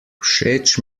všeč